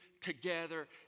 together